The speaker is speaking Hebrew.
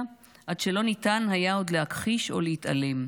עד שלא ניתן היה עוד להכחיש או להתעלם.